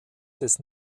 des